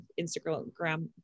Instagram